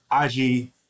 IG